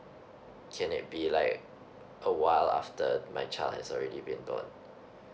can it be like awhile after my child has already been born